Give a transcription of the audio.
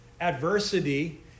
Adversity